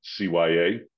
CYA